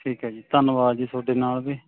ਠੀਕ ਹੈ ਜੀ ਧੰਨਵਾਦ ਜੀ ਤੁਹਾਡੇ ਨਾਲ ਦੇ